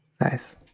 nice